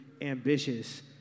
ambitious